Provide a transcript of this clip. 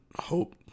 Hope